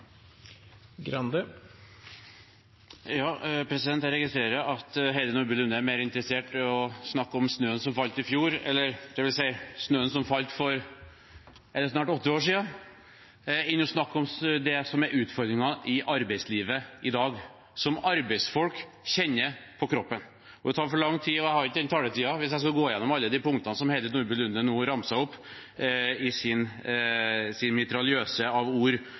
mer interessert i å snakke om snøen som falt i fjor, eller snøen som falt for snart åtte år siden, enn å snakke om det som er utfordringen i arbeidslivet i dag – som arbeidsfolk kjenner på kroppen. Det tar for lang tid – og jeg har ikke så lang taletid – hvis jeg skal gå gjennom alle de punktene som Heidi Nordby Lunde nå ramset opp i sin mitraljøse av ord.